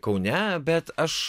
kaune bet aš